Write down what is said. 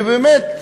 ובאמת,